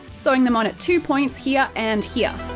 sewing them on at two points, here and here.